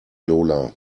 lola